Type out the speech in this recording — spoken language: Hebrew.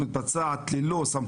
אני מתמודד נפש כבר קרוב ל- 40,